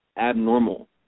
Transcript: abnormal